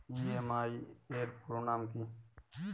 EMI এর পুরোনাম কী?